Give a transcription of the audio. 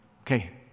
Okay